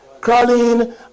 Carlene